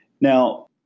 Now